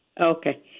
Okay